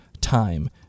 time